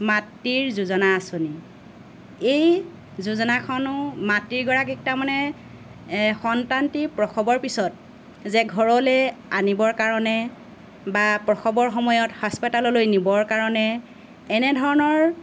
মাতৃৰ যোজনা আঁচনি এই যোজনাখনো মাতৃগৰাকীক তাৰমানে সন্তানটি প্ৰসৱৰ পিছত যে ঘৰলে আনিবৰ কাৰণে বা প্ৰসৱৰ সময়ত হাস্পতাললৈ নিবৰ কাৰণে এনেধৰণৰ